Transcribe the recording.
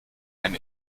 ein